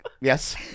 yes